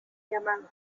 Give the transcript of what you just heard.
llamados